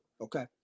okay